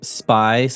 spy